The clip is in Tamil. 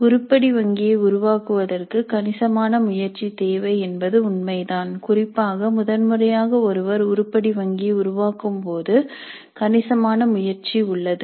உருப்படி வங்கியை உருவாக்குவதற்கு கணிசமான முயற்சி தேவை என்பது உண்மைதான் குறிப்பாக முதன்முறையாக ஒருவர் உருப்படி வங்கியை உருவாக்கும்போது கணிசமான முயற்சி உள்ளது